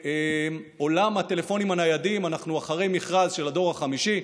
ובעולם הטלפונים הניידים אנחנו אחרי מכרז של הדור החמישי,